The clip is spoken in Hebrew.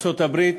ארצות הברית